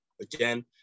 again